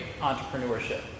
entrepreneurship